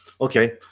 Okay